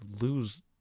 lose